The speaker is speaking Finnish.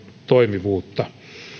toimivuutta